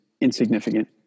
insignificant